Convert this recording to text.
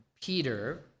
Peter